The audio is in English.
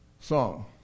song